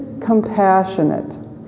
compassionate